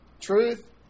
truth